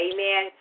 Amen